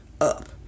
up